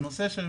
בנושא של